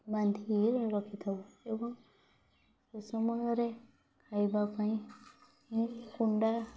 ବାନ୍ଧିକି ରଖିଥାଉ ଏବଂ ସେ ସମୟରେ ଖାଇବା ପାଇଁ କୁଣ୍ଡା